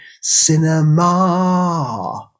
cinema